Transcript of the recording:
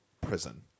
prison